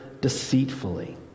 deceitfully